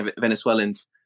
Venezuelans